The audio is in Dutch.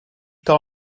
kan